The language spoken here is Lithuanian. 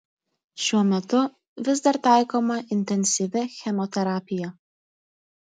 šiuo metu vis dar taikoma intensyvi chemoterapija